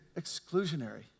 exclusionary